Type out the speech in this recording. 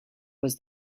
was